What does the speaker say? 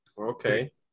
okay